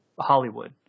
Hollywood